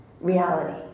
reality